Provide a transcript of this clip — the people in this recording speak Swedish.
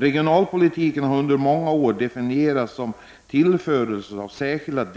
Regionalpolitiken har under många år definierats som tillförseln av särskilt